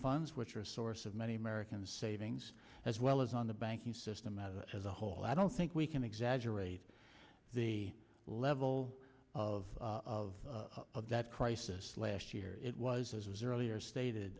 funds which are a source of many american savings as well as on the banking system as a whole i don't think we can exaggerate the level of of of that crisis last year it was earlier stated